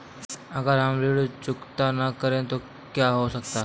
अगर हम ऋण चुकता न करें तो क्या हो सकता है?